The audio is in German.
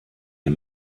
ihr